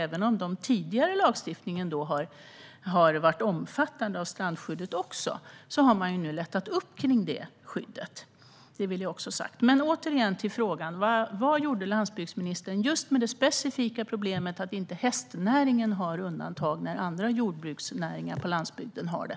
Den tidigare lagstiftningen har varit omfattande när det gäller strandskyddet. Nu har man lättat upp det skyddet. Det vill jag också ha sagt. Men återigen till frågan: Vad gjorde Eskil Erlandsson som minister när det gäller just det specifika problemet att inte hästnäringen har undantag när andra jordbruksnäringar på landsbygden har det?